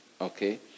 Okay